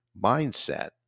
mindset